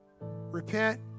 Repent